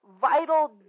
vital